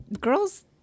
girls